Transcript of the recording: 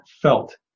felt